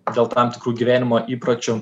dėl tam tikrų gyvenimo įpročių